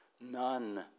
None